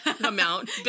amount